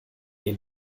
den